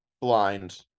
blind